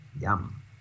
yum